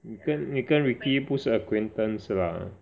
你跟你跟 Ricky 不是 acquaintance lah